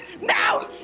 Now